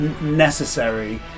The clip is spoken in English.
necessary